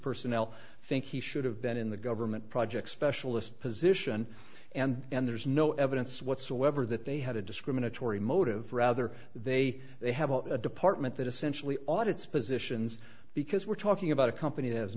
personnel think he should have been in the government projects specialist position and there's no evidence whatsoever that they had a discriminatory motive rather they they have a department that essentially audits positions because we're talking about a company has